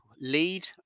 lead